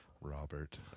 Robert